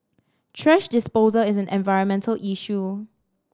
thrash disposal is an environmental issue